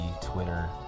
Twitter